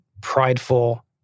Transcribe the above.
prideful